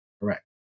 correct